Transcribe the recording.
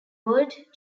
world